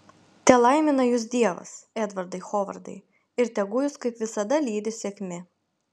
telaimina jus dievas edvardai hovardai ir tegu jus kaip visada lydi sėkmė